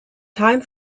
time